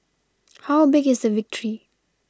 how big is the victory